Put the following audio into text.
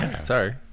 Sorry